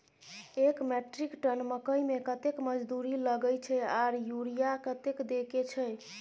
एक metric tonne मकई में कतेक मजदूरी लगे छै आर यूरिया कतेक देके छै?